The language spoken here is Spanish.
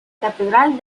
catedral